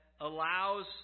allows